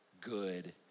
good